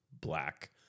black